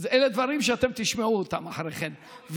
אלה דברים שאתם תשמעו אותם אחרי כן,